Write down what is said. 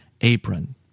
apron